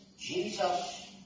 Jesus